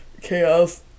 chaos